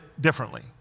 differently